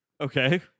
Okay